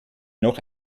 noch